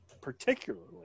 particularly